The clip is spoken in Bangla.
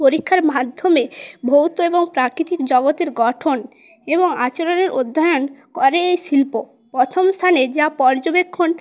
পরীক্ষার মাধ্যমে ভৌত এবং প্রাকৃতিক জগতের গঠন এবং আচরণের অধ্যয়ন করে এই শিল্প প্রথম স্থানে যা পর্যবেক্ষণ